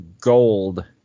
gold